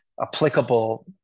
applicable